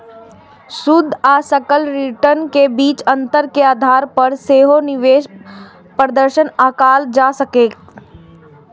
शुद्ध आ सकल रिटर्न के बीच अंतर के आधार पर सेहो निवेश प्रदर्शन आंकल जा सकैए